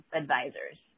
advisors